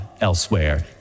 elsewhere